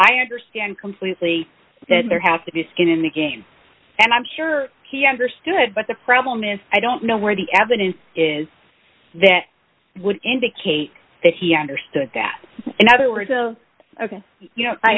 i understand completely that there have to be skin in the game and i'm sure he understood but the problem is i don't know where the evidence is that would indicate that he understood that in other words of ok you know i